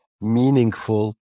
meaningful